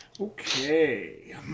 Okay